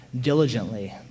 diligently